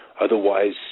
Otherwise